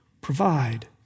provide